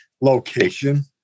location